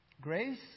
Grace